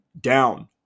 down